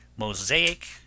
Mosaic